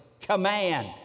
command